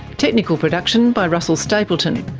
technical production by russell stapleton,